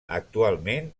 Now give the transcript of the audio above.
actualment